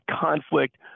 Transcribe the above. conflict